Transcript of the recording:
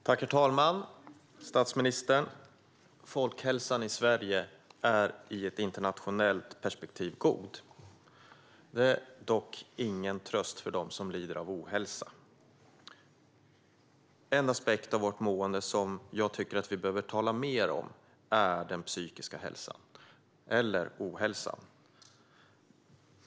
Herr talman! Statsministern! Folkhälsan i Sverige är i ett internationellt perspektiv god. Det är dock ingen tröst för dem som lider av ohälsa. En aspekt av vårt mående som jag tycker att vi behöver tala mer om är den psykiska ohälsan.